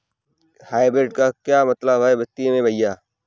Hybrid का क्या मतलब है वित्तीय में भैया?